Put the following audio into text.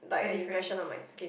what difference